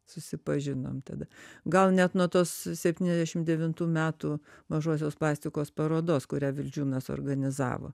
susipažinom tada gal net nuo tos septyniasdešim devintų metų mažosios plastikos parodos kurią vildžiūnas suorganizavo